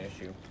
issue